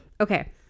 Okay